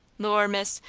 lor', miss,